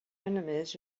enemies